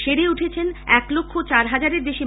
সেরে উঠেছে এক লক্ষ চার হাজারের বেশি